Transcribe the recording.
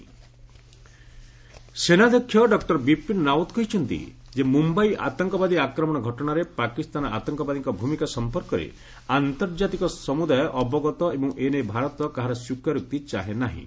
army chief Pakistan ସେନାଧ୍ୟକ୍ଷ ଡଃ ବିପିନ ରାଓ୍ୱତ କହିଛନ୍ତି ଯେ ମୁମ୍ବାଇ ଆତଙ୍କବାଦୀ ଆକ୍ରମଣ ଘଟଣାରେ ପାକିସ୍ତାନ ଆତଙ୍କବାଦୀଙ୍କ ଭୂମିକା ସମ୍ପର୍କରେ ଆର୍ନ୍ତଜାତିକ ସମୁଦାୟ ଅବଗତ ଏବଂ ଏ ନେଇ ଭାରତ କାହାର ସ୍ୱୀକାରୋକ୍ତି ଚାହେଁ ନାହିଁ